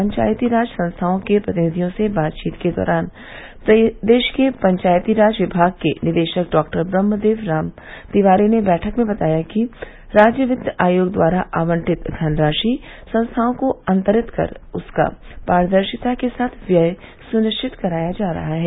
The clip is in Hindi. पंचायती राज संस्थाओं के प्रतिनिधियों से बातचीत के दौरान प्रदेश के पंचायती राज विभाग के निदेशक डाक्टर ब्रह्मदेव राम तिवारी ने बैठक में बताया कि राज्य वित्त आयोग द्वारा आवंटित धनराशि संस्थाओं को अंतरित कर उसका पारदर्शिता के साथ व्यय सुनिश्चित कराया जा रहा है